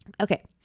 Okay